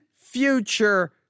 future